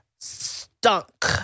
stunk